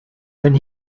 when